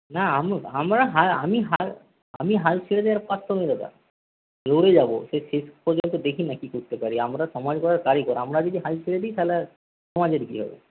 না আমরা আমি হাল আমি হাল ছেড়ে দেওয়ার পাত্র নই দাদা লড়ে যাবো এর শেষ পর্যন্ত দেখি না কি করতে পারি আমরা সমাজ গড়ার কারিগর আমরা যদি হাল ছেড়ে দিই তাহলে আর সমাজের কি হবে